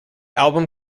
album